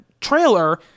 trailer